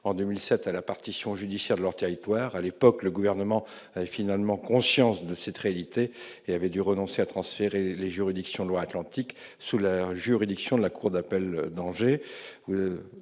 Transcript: en 2007 à la partition judiciaire de leur territoire. À l'époque, le Gouvernement avait finalement conscience de cette réalité et avait dû renoncer à transférer les juridictions de Loire-Atlantique sous la juridiction de la cour d'appel d'Angers.